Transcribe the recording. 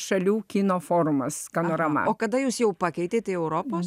šalių kino forumas scanorama o kada jūs jau pakeitėte europos